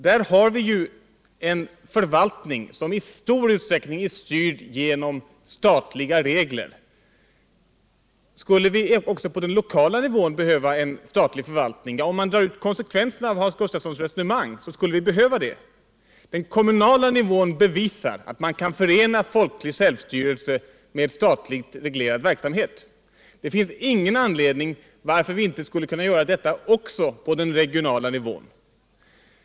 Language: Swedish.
Där har vi en förvaltning som till stor del är styrd genom statliga regler. Skulle vi också på den lokala nivån behöva en statlig förvaltning? Ja, om man drar ut konsekvenserna av Hans Gustafssons resonemang så skulle vi behöva det. Den kommunala nivån bevisar att man kan förena folklig självstyrelse med statligt reglerad verksamhet. Det finns ingen anledning att tro att man inte skulle kunna göra det också på den regionala nivån.